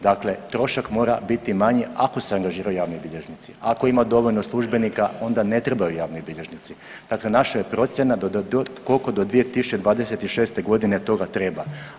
Dakle, trošak mora biti manji ako se angažiraju javni bilježnici, ako ima dovoljno službenika onda ne trebaju javni bilježnici, dakle naša je procjena koliko do 2026. toga treba.